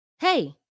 hey